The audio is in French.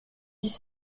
dix